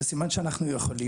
זה סימן שאנחנו יכולים.